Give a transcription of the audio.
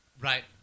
Right